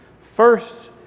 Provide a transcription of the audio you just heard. first,